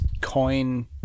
coin